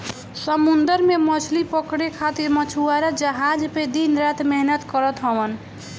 समुंदर में मछरी पकड़े खातिर मछुआरा जहाज पे दिन रात मेहनत करत हवन